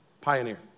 pioneer